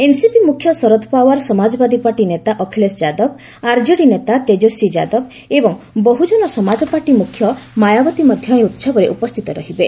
NCP ମୁଖ୍ୟ Sharad Pawar Samajwadi party ନେତା Akhilesh Yadav RJD ନେତା ତେଜସ୍ୱୀ ଯାଦବ ଏବଂ ବହୁଜନ ସମାଜ ପାର୍ଟି ମୁଖ୍ୟ ମାୟାବତୀ ମଧ୍ୟ ଏହି ଉହବରେ ଉପସ୍ଥିତ ରହିବେ